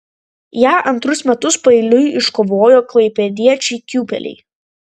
ją antrus metus paeiliui iškovojo klaipėdiečiai kiūpeliai